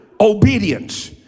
obedience